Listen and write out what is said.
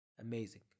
amazing